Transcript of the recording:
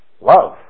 Love